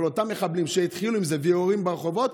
אבל אותם מחבלים שהתחילו עם זה ויורים ברחובות,